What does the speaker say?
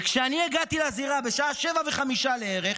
וכשאני הגעתי לזירה בשעה 07:05 לערך,